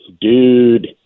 dude